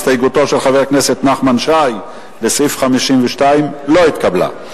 הסתייגותו של חבר הכנסת נחמן שי לסעיף 52 לא התקבלה.